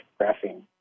graphene